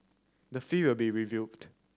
the fee will be reviewed